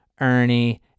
Ernie